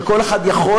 שכל אחד יכול,